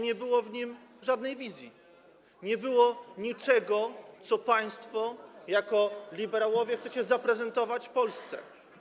Nie było w nim żadnej wizji, nie było niczego, co państwo jako liberałowie chcecie zaprezentować Polsce.